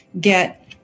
get